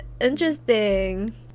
interesting